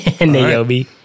Naomi